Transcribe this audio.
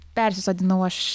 persisodinau aš